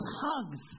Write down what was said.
hugs